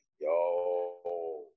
yo